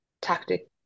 tactic